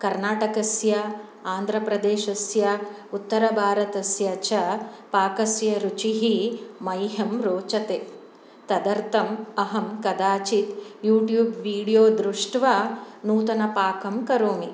कर्णाटकस्य आन्द्रप्रदेशस्य उत्तरभारतस्य च पाकस्य रुचिः मह्यं रोचते तदर्थम् अहं कदाचित् यूट्युब् विडियो दृष्ट्वा नूतनपाकं करोमि